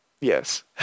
Yes